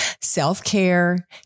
self-care